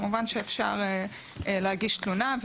מובן שאפשר להגיש תלונה,